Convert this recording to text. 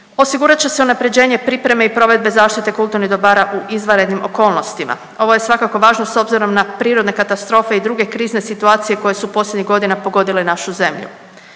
Osigurat će se unapređenje pripreme i provedbe zaštite kulturnih dobara u izvanrednim okolnostima. Ovo je svakako važno s obzirom na prirodne katastrofe i druge krizne situacije koje su posljednjih godina pogodile našu zemlju.